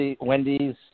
Wendy's